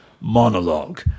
monologue